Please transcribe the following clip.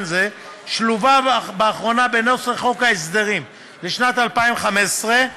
זה שולבה באחרונה בנוסח חוק ההסדרים לשנת 2015,